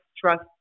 trust